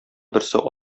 берсе